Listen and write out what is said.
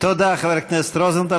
תודה, חבר הכנסת רוזנטל.